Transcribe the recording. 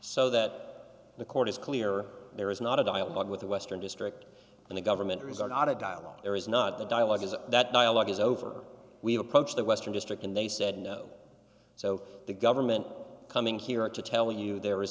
so that the court is clear there is not a dialogue with the western district and the government is are not a dialogue there is not the dialogue is that dialogue is over we approached the western district and they said no so the government coming here to tell you there is